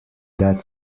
that